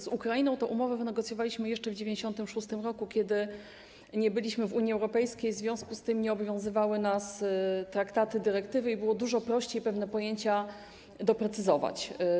Z Ukrainą tę umowę wynegocjowaliśmy jeszcze w 1996 r., kiedy nie byliśmy w Unii Europejskiej, w związku z tym nie obowiązywały nas traktaty, dyrektywy i było dużo prościej pewne pojęcia doprecyzować.